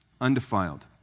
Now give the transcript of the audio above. undefiled